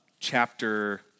Chapter